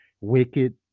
wicked